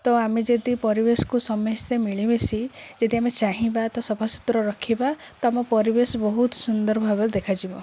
ତ ଆମେ ଯଦି ପରିବେଶକୁ ସମସ୍ତେ ମିଳିମିଶି ଯଦି ଆମେ ଚାହିଁବା ତ ସଫା ସୁୁତୁରା ରଖିବା ତ ଆମ ପରିବେଶ ବହୁତ ସୁନ୍ଦର ଭାବରେ ଦେଖାଯିବ